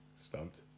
Stumped